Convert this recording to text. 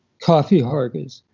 coffee harvest.